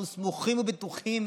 אנחנו סמוכים ובטוחים